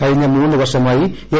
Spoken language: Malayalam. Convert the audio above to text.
കഴിഞ്ഞ മൂന്ന് വർഷമായി എസ്